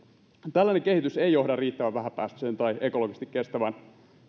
tällainen kehitys ei johda riittävän vähäpäästöiseen tai ekologisesti kestävään